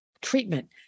treatment